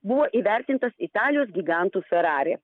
buvo įvertintas italijos gigantų ferrari